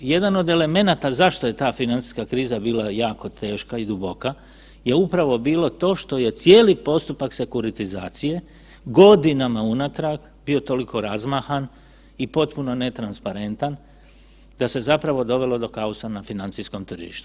Jedan od elemenata zašto je ta financijska kriza bila jako teška i duboka je upravo bilo to što je cijeli postupak sekuritizacije godinama unatrag bio toliko razmahan i potpuno netransparentan da se zapravo dovelo do kaosa u financijskom tržištu.